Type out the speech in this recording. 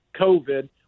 COVID